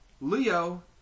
Leo